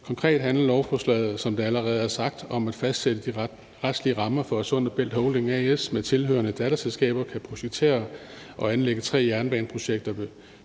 Konkret handler lovforslaget, som det allerede er blevet sagt, om at fastsætte de retlige rammer, for at Sund & Bælt Holding A/S med tilhørende datterselskaber kan projektere og anlægge tre jernbaneprojekter